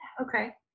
Okay